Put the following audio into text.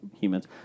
humans